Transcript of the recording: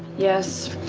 yes.